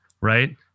Right